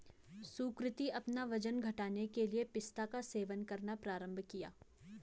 सुकृति अपना वजन घटाने के लिए पिस्ता का सेवन करना प्रारंभ किया